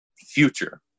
future